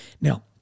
Now